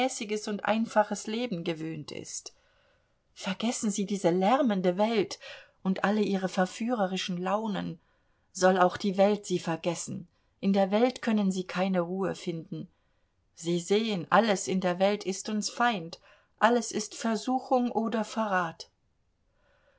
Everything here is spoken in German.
und einfaches leben gewöhnt ist vergessen sie diese lärmende welt und alle ihre verführerischen launen soll auch die welt sie vergessen in der welt können sie keine ruhe finden sie sehen alles in der welt ist uns feind alles ist versuchung oder verrat